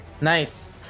nice